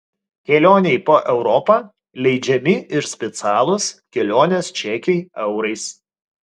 kelionei po europą leidžiami ir specialūs kelionės čekiai eurais